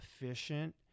efficient